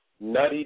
Nutty